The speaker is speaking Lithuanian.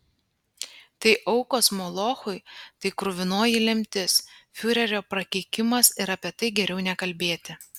tai aukos molochui tai kruvinoji lemtis fiurerio prakeikimas ir apie tai geriau nekalbėti